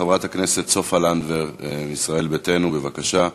חברת הכנסת סופה לנדבר מישראל ביתנו, בבקשה.